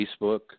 Facebook